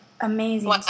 amazing